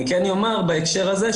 אני כן אומר שהקשר הזה,